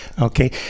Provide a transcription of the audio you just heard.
Okay